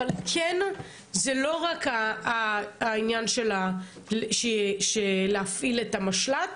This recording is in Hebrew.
זה לא רק העניין של להפעיל את המשל"ט,